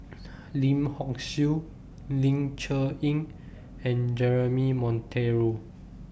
Lim Hock Siew Ling Cher Eng and Jeremy Monteiro